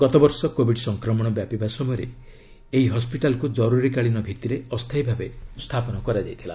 ଗତ ବର୍ଷ କୋବିଡ୍ ସଂକ୍ରମଣ ବ୍ୟାପିବା ସମୟରେ ଏହି ହସ୍କିଟାଲ୍କୁ ଜରୁରିକାଳୀନ ଭିଭିରେ ଅସ୍ଥାୟୀ ଭାବେ ସ୍ଥାପନ କରାଯାଇଥିଲା